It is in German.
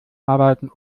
arbeiten